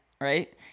right